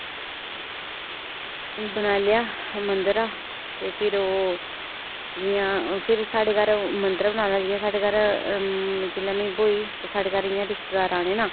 बनाई लेआ मद्धरा ते फिर ओह् जि'यां फिर साढ़े घर मद्धरा जि'यां साढ़े घर जेल्लै में ब्होई साढ़े घर इ'यां रिश्तेदार आए दे न